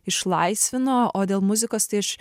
išlaisvino o dėl muzikos tai aš